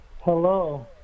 Hello